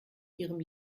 ihrem